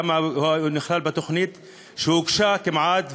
למה הוא לא נכלל בתוכנית שכמעט הוגשה,